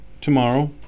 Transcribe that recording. tomorrow